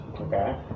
Okay